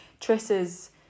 Triss's